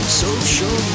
social